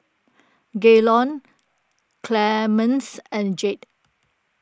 Gaylon Clemence and Jade